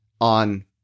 on